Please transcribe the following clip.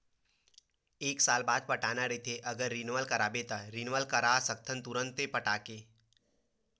एक साल बाद पटाना रहिथे अगर रिनवल कराबे त रिनवल करा सकथस तुंरते पटाके